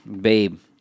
Babe